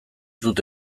dute